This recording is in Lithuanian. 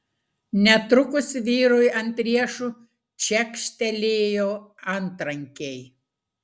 netrukus vyrui ant riešų čekštelėjo antrankiai